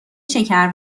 شکر